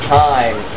time